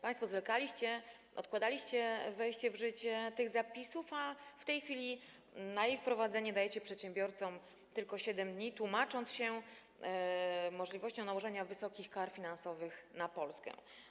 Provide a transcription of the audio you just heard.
Państwo zwlekaliście, odkładaliście wejście w życie tych zapisów, a w tej chwili na ich wprowadzenie dajecie przedsiębiorcom tylko 7 dni, tłumacząc się możliwością nałożenia wysokich kar finansowych na Polskę.